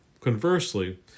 Conversely